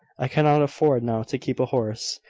i cannot afford now to keep a horse,